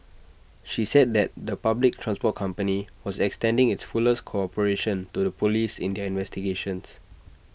she said that the public transport company was extending its fullest cooperation to the Police investigations